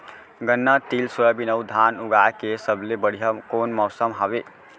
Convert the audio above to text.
गन्ना, तिल, सोयाबीन अऊ धान उगाए के सबले बढ़िया कोन मौसम हवये?